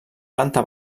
planta